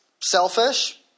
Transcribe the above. Selfish